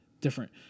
different